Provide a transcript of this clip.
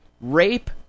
rape